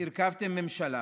הרכבתם ממשלה,